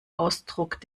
ausdruck